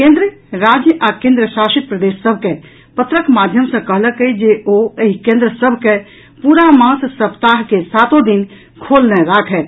केन्द्र राज्य आ केन्द्रशासित प्रदेश सभ के पत्रक माध्यम सँ कहलक अछि जे ओ एहि केन्द्र सभ के पूरा मास सप्ताह के सातो दिन खोलने राखथि